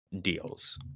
deals